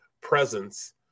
presence